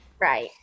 right